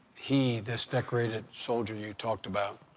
he, this decorated soldier you talked about,